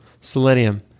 selenium